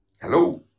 Hello